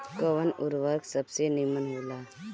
कवन उर्वरक सबसे नीमन होला?